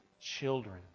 children